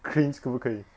cringe 可不可以